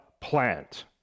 plant